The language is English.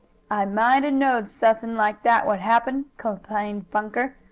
i might a'knowed suthin' like that would happen, complained bunker.